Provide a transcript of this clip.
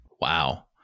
Wow